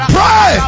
Pray